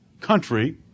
country